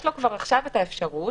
יש לו כבר עכשיו את האפשרות,